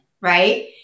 right